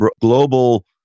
global